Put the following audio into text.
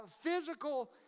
physical